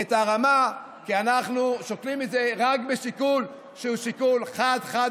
את הרמה כי אנחנו שוקלים את זה רק בשיקול שהוא חד-חד-ערכי,